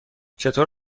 چطور